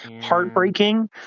heartbreaking